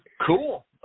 cool